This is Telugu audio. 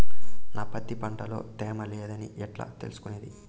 నా పత్తి పంట లో తేమ లేదని ఎట్లా తెలుసుకునేది?